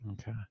Okay